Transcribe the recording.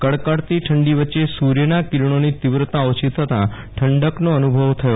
કડકતી ઠંડી વચે સૂર્યના કિરણોની તીવ્રતા ઓછી થતા ઠંડકનો અનુભવ થશે